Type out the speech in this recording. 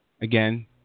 again